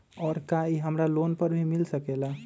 और का इ हमरा लोन पर भी मिल सकेला?